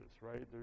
right